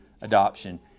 adoption